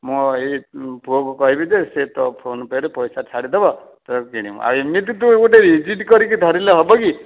ମୋ ଏଇ ପୁଅକୁ କହିବି ଯେ ସେ ତୋ ଫୋନ୍ ପେରେ ପଇସା ଛାଡ଼ିଦେବ ତୋର କିଣିବୁ ଆଉ ଏମିତି ତୁ ଗୋଟେ ଜିଦ୍ କରିକି ଧରିଲେ ହେବ କି